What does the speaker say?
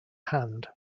hand